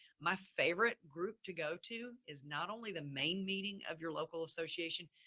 my favorite group to go to is not only the main meeting of your local association,